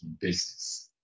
business